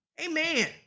amen